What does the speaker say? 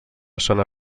zona